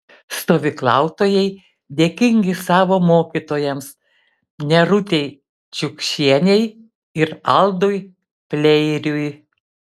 stovyklautojai dėkingi savo mokytojams nerutei čiukšienei ir aldui pleiriui